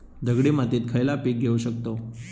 दगडी मातीत खयला पीक घेव शकताव?